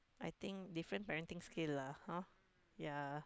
I think different parenting skill lah !huh! yeah